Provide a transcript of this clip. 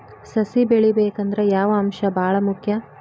ಸಸಿ ಬೆಳಿಬೇಕಂದ್ರ ಯಾವ ಅಂಶ ಭಾಳ ಮುಖ್ಯ?